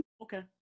Okay